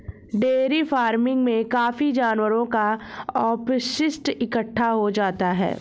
dairy farming में काफी जानवरों का अपशिष्ट इकट्ठा हो जाता है